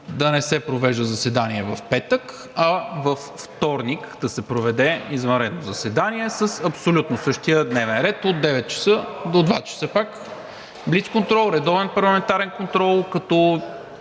да не се провежда заседание в петък, а във вторник да се проведе извънредно заседание с абсолютно същия дневен ред, от 9,00 до 14,00 ч. пак – блицконтрол, редовен парламентарен контрол. Искам